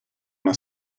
una